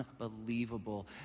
unbelievable